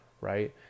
Right